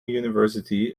university